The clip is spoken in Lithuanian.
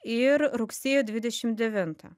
ir rugsėjo dvidešim devintą